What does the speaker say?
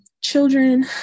children